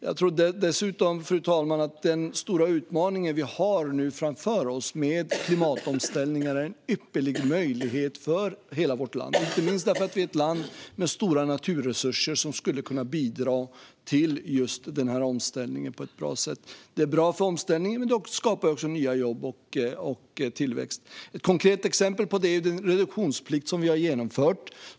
Jag tror dessutom, fru talman, att den stora utmaning i form av klimatomställningen som vi nu har framför oss är en ypperlig möjlighet för hela vårt land, inte minst därför att vi är ett land med stora naturresurser som skulle kunna bidra till denna omställning på ett bra sätt. Det är bra för omställningen, men det skapar också nya jobb och tillväxt. Ett konkret exempel på detta är den reduktionsplikt vi har genomfört.